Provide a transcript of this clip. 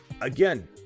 again